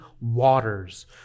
waters